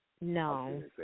No